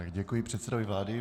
Děkuji předsedovi vlády.